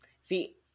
see